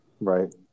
Right